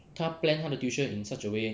她 plan 她的 tuition in such a way